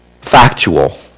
factual